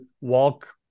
walk